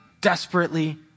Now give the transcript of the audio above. desperately